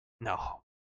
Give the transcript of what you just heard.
No